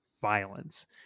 violence